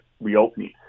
reopening